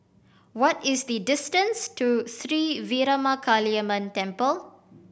what is the distance to Sri Veeramakaliamman Temple